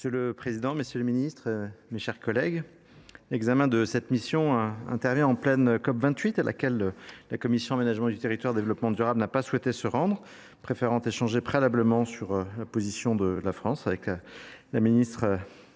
Monsieur le président, messieurs les ministres, mes chers collègues, l’examen de cette mission intervient en pleine COP28. La commission de l’aménagement du territoire et du développement durable n’a pas souhaité s’y rendre, préférant échanger avant la conférence avec la ministre